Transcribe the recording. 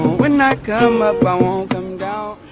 when i come up, i won't